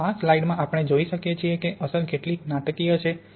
અને આ સ્લાઇડમાં આપણે જોઈ શકીએ છીએ કે અસર કેટલી નાટકીય છે